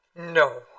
no